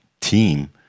team